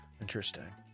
Interesting